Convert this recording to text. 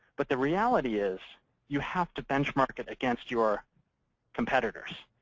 but the reality is you have to benchmark it against your competitors.